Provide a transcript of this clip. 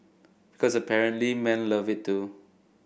because apparently men love it too